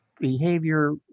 behavior